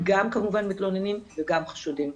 גם כמובן מתלוננים וגם חשודים,